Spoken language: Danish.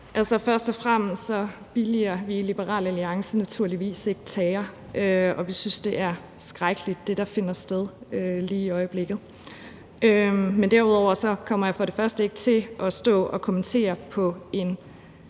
(LA): Først og fremmest billiger vi i Liberal Alliance naturligvis ikke terror, og vi synes, at det, der finder sted lige i øjeblikket, er skrækkeligt. Men derudover kommer jeg ikke til at stå og kommentere på en